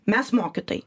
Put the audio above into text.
mes mokytojai